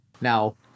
now